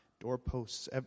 doorposts